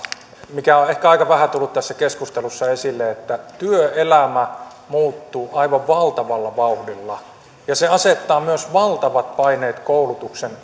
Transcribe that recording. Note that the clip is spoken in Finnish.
mikä on ehkä aika vähän tullut tässä keskustelussa esille että työelämä muuttuu aivan valtavalla vauhdilla ja se asettaa myös valtavat paineet koulutuksen